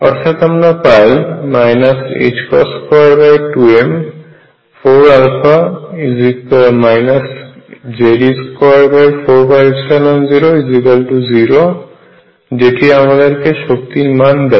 অর্থাৎ আমরা পাই 22m4α Ze24π00 যেটি আমাদেরকে শক্তির মান দেয়